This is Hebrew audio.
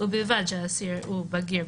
ובלבד שהאסיר הוא בגיר,